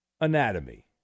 anatomy